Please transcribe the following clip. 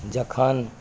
जखन